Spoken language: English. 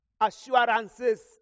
assurances